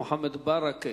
חבר הכנסת מוחמד ברכה,